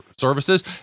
services